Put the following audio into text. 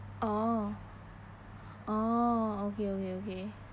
oh oh okay okay okay